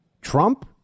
Trump